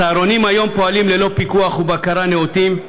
הצהרונים היום פועלים ללא פיקוח ובקרה נאותים,